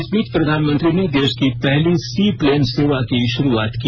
इस बीच प्रधानमंत्री ने देश की पहली सी प्लेन सेवा की शुरूआत की